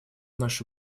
наше